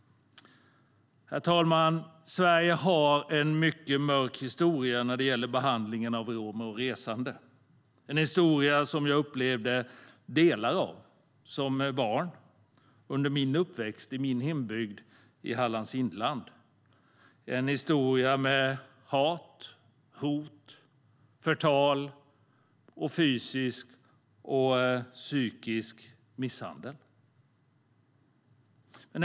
Herr talman! Sverige har en mycket mörk historia när det gäller behandlingen av romer och resande. Det är en historia som jag upplevde delar av som barn under min uppväxt i min hembygd i Hallands inland. Det är en historia av hat, hot, förtal och fysik och psykisk misshandel.